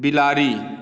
बिलाड़ि